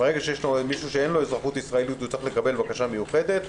אדם שאין לו אזרחות ישראלית צריך להגיש בקשה מיוחדת.